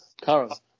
Carlos